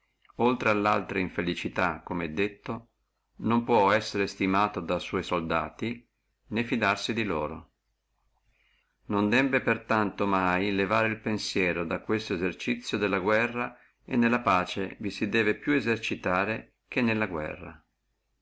oltre alle altre infelicità come è detto non può essere stimato da sua soldati né fidarsi di loro debbe per tanto mai levare el pensiero da questo esercizio della guerra e nella pace vi si debbe più esercitare che nella guerra